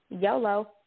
Yolo